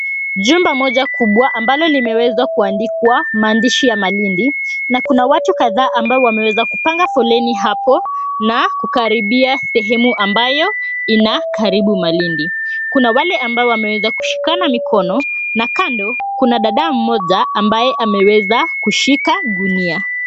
Jumba moja kubwa, ambalo limewezwa kuandikwa maandishi ya Malindi, na kuna watu kadhaa ambao wameweza kupanga foleni hapo na kukaribia sehemu ambayo ina karibu Malindi. Kuna wale ambao wameweza kushikana mkono, na kando kuna dada mmoja ambaye ameweza kushika gunia.